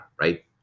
right